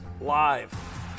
live